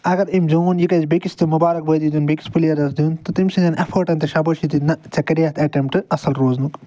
اگر أمۍ زیوٗن یہِ گَژھِ بیٚکِس تہِ مُبارکبٲدی دیُن بیٚکِس پٕلیرَس دیُن تہٕ تٔمۍ سٕنٛدٮ۪ن اٮ۪فٲٹَن تہِ شابٲشی دِنۍ نَہ ژےٚ کَرییَتھ اٮ۪ٹٮ۪مٹ اصٕل روزنُک